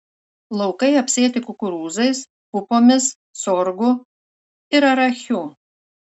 laukai apsėti kukurūzais pupomis sorgu ir arachiu